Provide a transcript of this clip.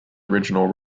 original